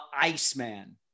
Iceman